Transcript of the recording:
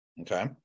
Okay